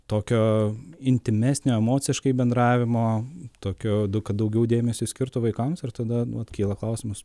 tokio intymesnio emociškai bendravimo tokio du kad daugiau dėmesio skirtų vaikams ir tada vat kyla klausimas